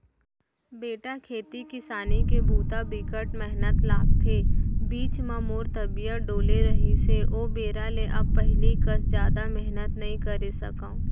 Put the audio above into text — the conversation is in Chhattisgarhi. बेटा खेती किसानी के बूता बिकट मेहनत लागथे, बीच म मोर तबियत डोले रहिस हे ओ बेरा ले अब पहिली कस जादा मेहनत नइ करे सकव